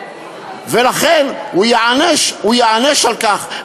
לכן, הוא ייענש על כך.